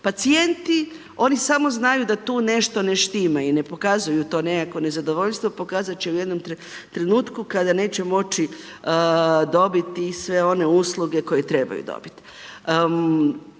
Pacijenti, oni samo znaju da tu nešto ne štima i ne pokazuju to nekakvo nezadovoljstvo, pokazati će u jednom trenutku kada neće moći dobiti sve one usluge koje trebaju dobiti.